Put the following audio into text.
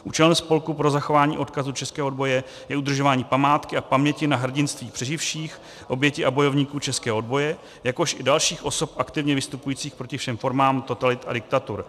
Účelem Spolku pro zachování odkazu českého odboje je udržování památky a paměti na hrdinství přeživších, obětí a bojovníků českého odboje, jakož i dalších osob aktivně vystupujících proti všem formám totalit a diktatur.